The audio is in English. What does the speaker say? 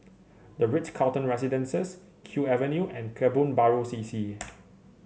the Ritz Carlton Residences Kew Avenue and Kebun Baru C C